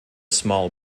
small